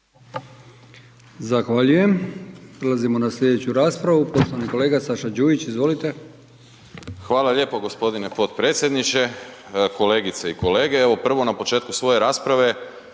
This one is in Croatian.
Zahvaljujem. Prelazimo na sljedeću raspravu, poštovani kolega Saša Đujić. Izvolite. **Đujić, Saša (SDP)** Hvala lijepo g. potpredsjedniče, kolegice i kolege. Evo prvo na početku svoje rasprave